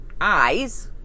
eyes